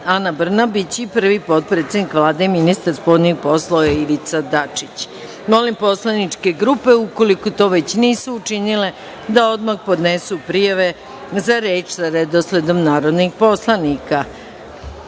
Ana Brnabić i prvi potpredsednik Vlade, ministar spoljnih poslova, Ivica Dačić. Molim poslaničke grupe, ukoliko to već nisu učinile, da odmah podnesu prijave za reč, sa redosledom narodnih poslanika. Saglasno